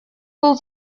был